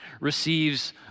receives